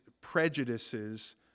prejudices